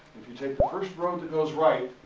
if you take the first road that goes right,